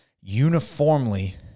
uniformly